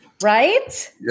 Right